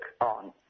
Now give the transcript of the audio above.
on